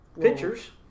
pictures